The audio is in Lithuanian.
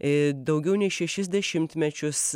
ir daugiau nei šešis dešimtmečius